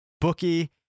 Bookie